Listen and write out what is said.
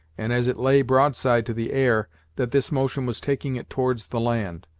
and, as it lay broadside to the air, that this motion was taking it towards the land.